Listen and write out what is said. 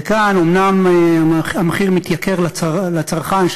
וכאן אומנם המחיר עולה לצרכן,